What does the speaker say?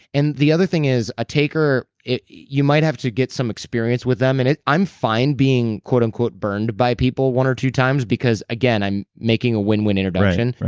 and the other thing is a taker. you might have to get some experience with them. and and i'm fine being quote unquote burned by people one or two times because again, i'm making a win-win introduction.